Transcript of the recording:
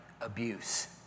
Abuse